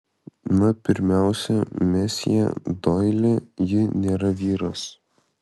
na pirmiausia mesjė doili ji nėra vyras